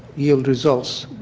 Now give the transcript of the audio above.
yield results